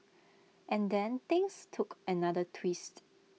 and then things took another twist